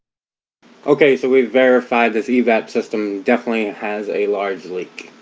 okay, so we've verified this evap system definitely has a large leak